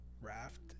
raft